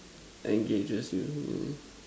engages you yeah